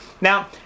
Now